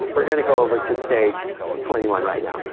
we're gonna go over to stage twenty one right now.